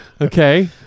Okay